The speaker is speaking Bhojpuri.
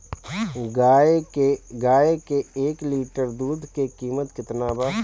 गाए के एक लीटर दूध के कीमत केतना बा?